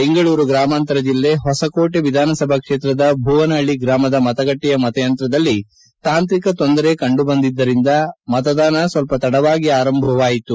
ಬೆಂಗಳೂರು ಗ್ರಾಮಾಂತರ ಜಿಲ್ಲೆ ಹೊಸಕೋಟೆ ವಿಧಾನಸಭಾ ಕ್ಷೇತ್ರದ ಭುವನಹಳ್ಳಿ ಗ್ರಾಮದ ಮತಗಟ್ಟೆಯ ಮತಯಂತ್ರದಲ್ಲಿ ತಾಂತ್ರಿಕ ತೊಂದರೆ ಕಂಡುಬಂದಿದ್ದರಿಂದ ಮತದಾನ ಸ್ವಲ್ಪ ತಡವಾಗಿ ಆರಂಭವಾಯಿತು